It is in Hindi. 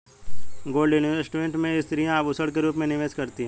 गोल्ड इन्वेस्टमेंट में स्त्रियां आभूषण के रूप में निवेश करती हैं